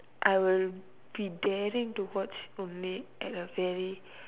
I will be daring to watch only at the very